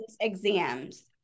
exams